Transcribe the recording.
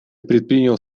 предпринял